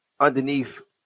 underneath